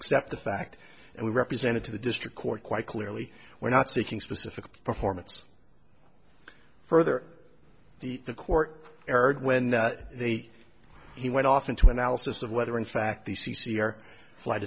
accept the fact and we represented to the district court quite clearly we're not seeking specific performance further the the court erred when they he went off into analysis of whether in fact the c c or flight